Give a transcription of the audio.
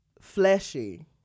fleshy